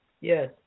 Yes